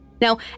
Now